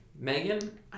Megan